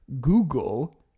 Google